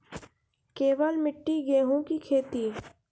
केवल मिट्टी गेहूँ की खेती?